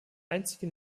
einzige